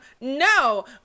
no